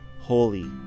Holy